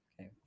Okay